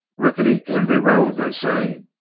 rickety can be rode, they say,